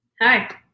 hi